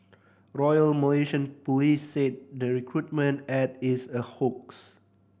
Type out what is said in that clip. Royal Malaysian Police said the recruitment ad is a hoax